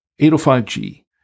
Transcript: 805G